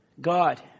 God